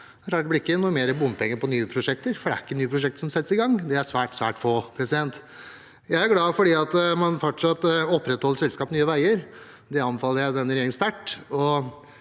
Det blir ikke mer bompenger på nye prosjekter, for det er ikke nye prosjekter som settes i gang – det er svært, svært få. Jeg er glad for at man opprettholder selskapet Nye veier – det anbefaler jeg denne regjeringen sterkt.